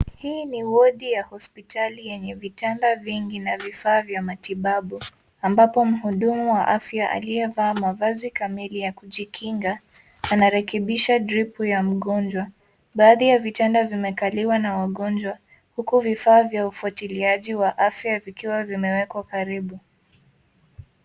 Hii ni wodi ya hospitali yenye vitanda vingi na vifaa vya matibabu ambapo mhudumu wa afya aliyevaa mavazi kamili ya kujikinga anarekebisha drip ya mgonjwa. Baadhi ya vitanda vimekaliwa na wagonjwa huku vifaa vya ufuatiliaji wa afya vikiwa vimewekwa karibu.